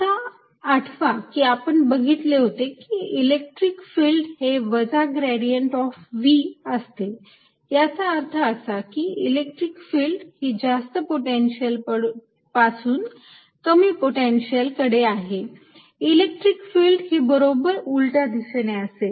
आता आठवा की आपण बघितले होते इलेक्ट्रिक फिल्ड हे वजा ग्रेडियंट ऑफ V असते आणि याचा अर्थ असा की इलेक्ट्रिक फिल्ड ही जास्त पोटेन्शियल पासून कमी पोटेन्शियल कडे आहे इलेक्ट्रिक फिल्ड ही बरोबर उलट्या दिशेने असेल